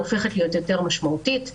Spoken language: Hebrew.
הופכת להיות יותר משמעותית.